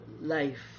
life